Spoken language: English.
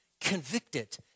convicted